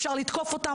אפשר לתקוף אותם,